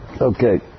Okay